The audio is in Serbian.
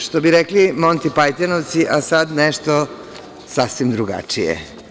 Što bi rekli Montipajtonovci - a sad nešto sasvim drugačije.